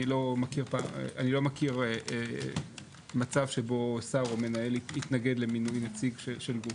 אני לא מכיר מצב שבו שר או מנהל התנגד למינוי נציג של גוף.